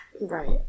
right